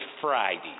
Friday